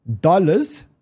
dollars